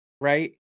right